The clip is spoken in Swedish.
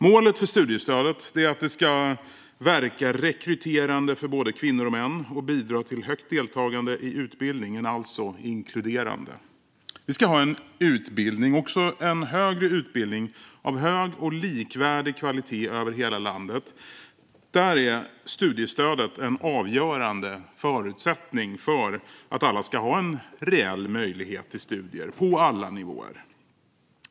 Målet för studiestödet är att det ska verka rekryterande för både kvinnor och män och bidra till högt deltagande i utbildning - alltså inkluderande. Vi ska ha en utbildning, också en högre utbildning, av hög och likvärdig kvalitet över hela landet. Där är studiestödet en avgörande förutsättning för att alla ska ha en reell möjlighet till studier på alla nivåer.